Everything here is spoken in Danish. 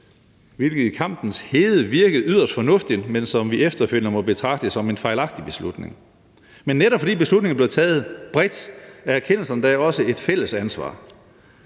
hvilket i kampens hede virkede yderst fornuftigt, men som vi efterfølgende må betragte som en fejlagtig beslutning. Men netop fordi beslutningen blev taget bredt, er erkendelsen da også et fælles ansvar,